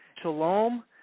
Shalom